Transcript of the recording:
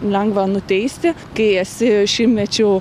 lengva nuteisti kai esi šimtmečiu